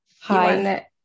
Hi